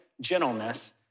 gentleness